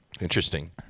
Interesting